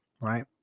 right